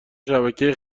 شبکه